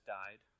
died